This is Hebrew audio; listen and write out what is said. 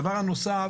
דבר נוסף